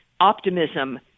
optimism